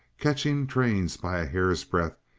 catching trains by a hair's breadth,